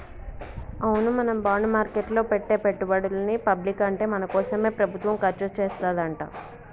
అవును మనం బాండ్ మార్కెట్లో పెట్టే పెట్టుబడులని పబ్లిక్ అంటే మన కోసమే ప్రభుత్వం ఖర్చు చేస్తాడంట